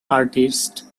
artist